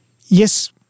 Yes